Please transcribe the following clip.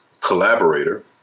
collaborator